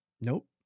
Nope